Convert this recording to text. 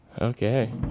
Okay